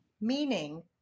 Meaning